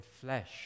flesh